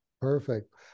perfect